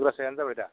दुंग्रासेयानो जाबाय दा